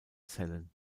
zellen